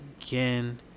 again